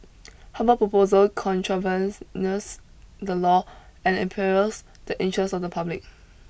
Harvard proposal contravene the law and imperils the interest of the public